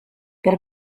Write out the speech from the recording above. per